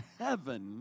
heaven